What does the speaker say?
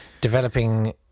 developing